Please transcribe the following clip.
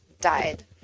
died